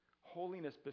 Holiness